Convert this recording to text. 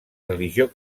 religió